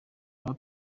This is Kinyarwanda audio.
naho